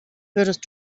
würdest